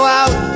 out